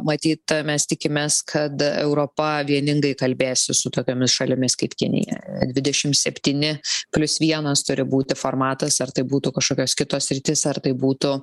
matyt mes tikimės kad europa vieningai kalbėsis su tokiomis šalimis kaip kinija dvidešim septyni plius vienas turi būti formatas ar tai būtų kažkokios kitos sritys ar tai būtų